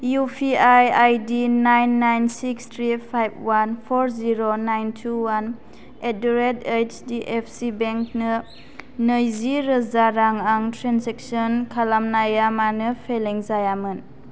UPI ID nine nine six three five one four zero nine two one at the rate ओइस D F C बेंकनो नैजि रोजा रां आं ट्रेन्जेक्सन खालामनाया मानो फेलें जायामोन